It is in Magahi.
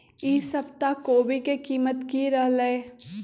ई सप्ताह कोवी के कीमत की रहलै?